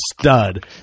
stud